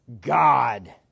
God